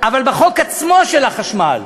אבל בחוק עצמו, של החשמל,